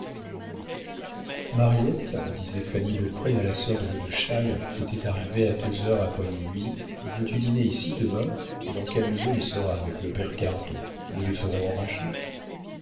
mariette disait fanny beaupré à la sœur de godeschal qui était arrivée à deux heures après minuit veux-tu dîner ici demain mon camusot y sera avec le père cardot nous les ferons enrager